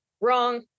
Wrong